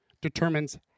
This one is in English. determines